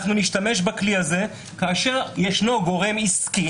אנחנו נשתמש בכלי הזה כאשר יש גורם עסקי